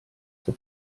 see